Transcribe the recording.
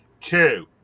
Two